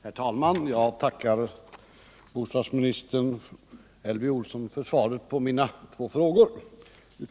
Herr talman! Jag tackar bostadsministern Elvy Olsson för svaret på mina två frågor.